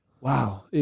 wow